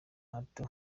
hato